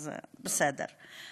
אז בסדר.